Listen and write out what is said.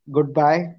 Goodbye